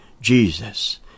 Jesus